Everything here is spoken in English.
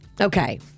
Okay